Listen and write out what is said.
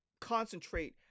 concentrate